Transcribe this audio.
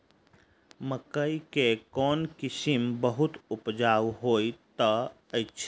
मकई केँ कोण किसिम बहुत उपजाउ होए तऽ अछि?